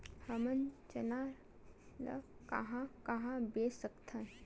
हमन चना ल कहां कहा बेच सकथन?